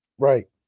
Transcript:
Right